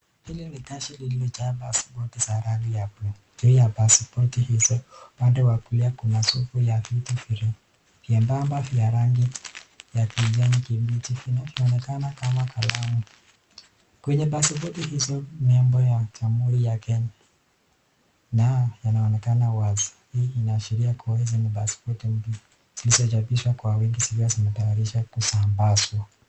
Hili ni kashi lililojaa pasipoti za rangi ya blue . Juu ya pasipoti hizo upande wa kulia kuna safu ya vitu virefu vyembamba vya rangi ya kijani kibichi vinavyoonekana kama kalamu. Kwenye pasipoti hizo nembo ya Jamhuri ya Kenya inaonekana wazi. Hii inaashiria kuwa hizi ni pasipoti mpya zilizochapishwa kwa wingi zikiwa zimetayarishwa kusambazwa.